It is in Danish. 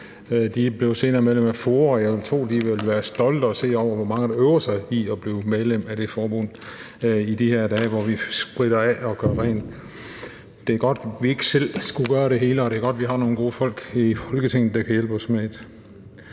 De blev senere medlem af FOA, og jeg vil tro, at de ville være stolte over at se, hvor mange der øver sig i at blive medlem af det forbund i de her dage, hvor vi spritter af og gør rent. Det er godt, vi ikke selv skal gøre det hele, og det er godt, vi har nogle gode folk her i Folketinget, der kan hjælpe os med